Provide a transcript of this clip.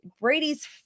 Brady's